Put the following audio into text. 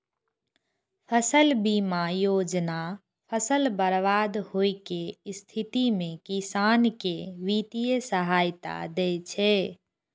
फसल बीमा योजना फसल बर्बाद होइ के स्थिति मे किसान कें वित्तीय सहायता दै छै